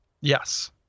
Yes